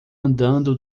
andando